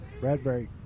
Bradbury